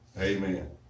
amen